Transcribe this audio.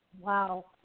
Wow